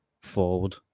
forward